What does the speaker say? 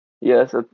Yes